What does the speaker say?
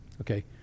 Okay